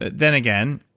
then again